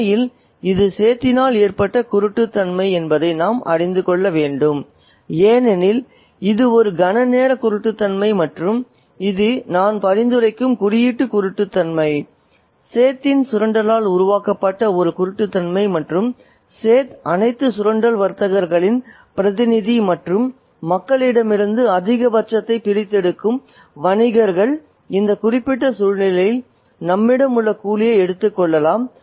உண்மையில் இது சேத்தினால் ஏற்பட்ட குருட்டுத்தன்மை என்பதை நாம் அறிந்து கொள்ள வேண்டும் ஏனெனில் இது ஒரு கணநேர குருட்டுத்தன்மை மற்றும் இது நான் பரிந்துரைக்கும் குறியீட்டு குருட்டுத்தன்மை சேத்தின் சுரண்டலால் உருவாக்கப்பட்ட ஒரு குருட்டுத்தன்மை மற்றும் சேத் அனைத்து சுரண்டல் வர்த்தகர்களின் பிரதிநிதி மற்றும் மக்களிடமிருந்து அதிகபட்சத்தைப் பிரித்தெடுக்கும் வணிகர்கள் இந்த குறிப்பிட்ட சூழ்நிலையில் நம்மிடம் உள்ள கூலியை எடுத்துக்கொள்ளலாம்